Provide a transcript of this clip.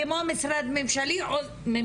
כמו משרד ממשלתי,